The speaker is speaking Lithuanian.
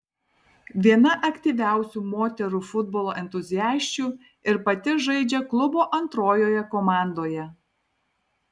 viena aktyviausių moterų futbolo entuziasčių ir pati žaidžia klubo antrojoje komandoje